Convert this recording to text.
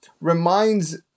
reminds